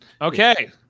Okay